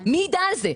מי יידע על זה?